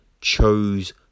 chose